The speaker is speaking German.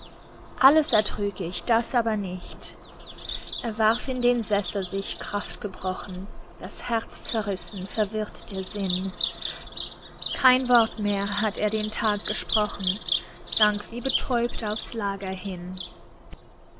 alles ertrüg ich das aber nicht er warf in den sessel sich kraftgebrochen das herz zerrissen verwirrt der sinn kein wort mehr hat er den tag gesprochen sank wie betäubt aufs lager hin